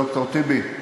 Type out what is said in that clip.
ד"ר טיבי,